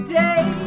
day